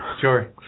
Sure